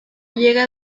llega